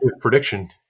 prediction